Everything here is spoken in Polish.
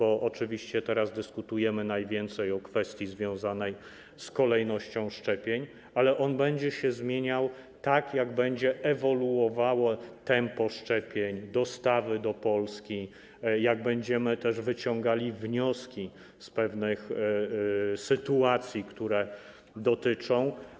Oczywiście teraz najwięcej dyskutujemy o kwestii związanej z kolejnością szczepień, ale on będzie się zmieniał tak, jak będzie ewoluowało tempo szczepień, dostawy do Polski, jak będziemy wyciągali wnioski z pewnych sytuacji, które go dotyczą.